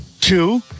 Two